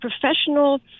professional